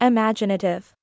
Imaginative